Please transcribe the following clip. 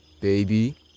baby